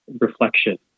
reflection